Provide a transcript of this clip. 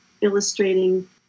illustrating